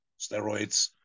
steroids